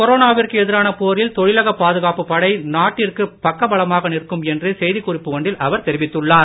கொரோனாவிற்கு எதிரான போரில் தொழிலக பாதுகாப்பு படை நாட்டிற்கு பக்கபலமாக நிற்கும் என்று செய்தி குறிப்பு ஒன்றில் அவர் தெரிவித்துள்ளார்